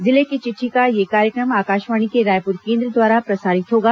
जिले की चिट्ठी का यह कार्यक्रम आकाशवाणी के रायपुर केंद्र द्वारा प्रसारित होगा